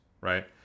right